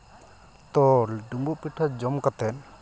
ᱛᱚ ᱰᱩᱸᱵᱩᱜ ᱯᱤᱴᱷᱟᱹ ᱡᱚᱢ ᱠᱟᱛᱮ